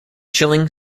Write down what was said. chilling